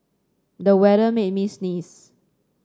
the weather made me sneeze